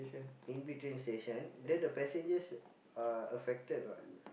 in between station then the passengers are affected what